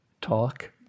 talk